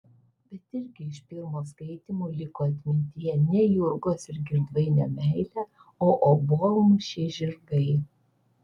bet irgi iš pirmo skaitymo liko atmintyje ne jurgos ir girdvainio meilė o obuolmušiai žirgai